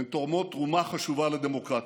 הן תורמות תרומה חשובה לדמוקרטיה.